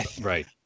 Right